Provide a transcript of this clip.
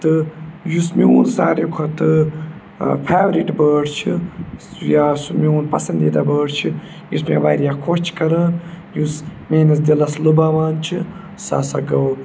تہٕ یُس میون ساروی کھۄتہٕ فیورِٹ بٲرڈ چھِ یا سُہ میون پَسنٛدیٖدہ بٲرڈ چھِ یُس مےٚ واریاہ خۄش چھِ کَران یُس میٲنِس دِلَس لُباوان چھِ سُہ ہَسا گوٚو